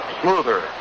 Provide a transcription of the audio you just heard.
smoother